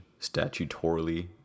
statutorily